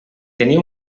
tenir